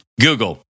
Google